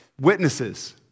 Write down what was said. Witnesses